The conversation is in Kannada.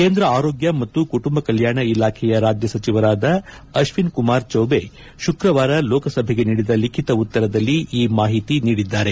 ಕೇಂದ್ರ ಆರೋಗ್ಲ ಮತ್ತು ಕುಟುಂಬ ಕಲ್ಲಾಣ ಇಲಾಖೆಯ ರಾಜ್ಯ ಸಚಿವರಾದ ಅತ್ವಿನ್ಕುಮಾರ್ ಚೌಬೆ ಶುಕ್ರವಾರ ಲೋಕಸಭೆಗೆ ನೀಡಿದ ಲಿಖಿತ ಉತ್ತರದಲ್ಲಿ ಈ ಮಾಹಿತಿ ನೀಡಿದ್ದಾರೆ